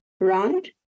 right